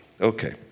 Okay